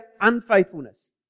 unfaithfulness